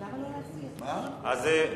בעצם,